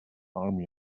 army